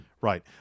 Right